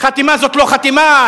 חתימה זאת לא חתימה,